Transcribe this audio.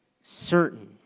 certain